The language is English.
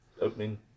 opening